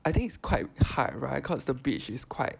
I think it's quite hard right cause the beach is quite